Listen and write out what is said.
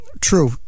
true